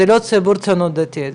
זה לא ציבור הציונות הדתית,